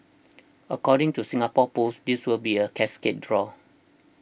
according to Singapore Pools this will be a cascade draw